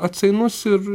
atsainus ir